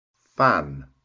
fan